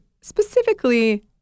specifically